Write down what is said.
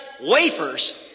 wafers